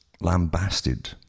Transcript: lambasted